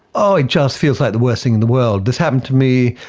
oh it just feels like the worst thing in the world. this happened to me,